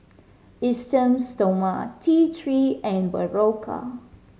Esteem Stoma T Three and Berocca